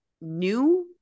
new